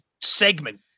segment